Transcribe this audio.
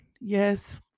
Yes